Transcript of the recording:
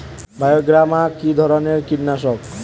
বায়োগ্রামা কিধরনের কীটনাশক?